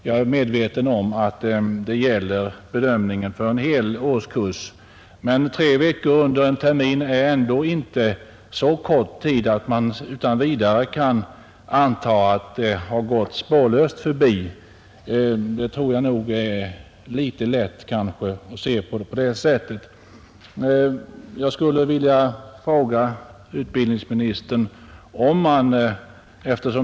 Jag är medveten om att det gäller bedömning för en hel årskurs, men tre veckor under en termin är inte en så kort tid att man utan vidare kan anta att uppehållet har gått spårlöst förbi — det vore nog litet lätt att se det så.